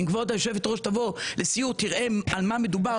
אם כבוד היושבת ראש תבוא לסיור את תראי על מה מדובר.